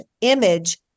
image